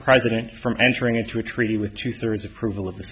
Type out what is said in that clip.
president from entering into a treaty with two thirds approval of the